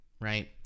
right